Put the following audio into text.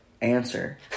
answer